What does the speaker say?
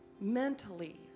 mentally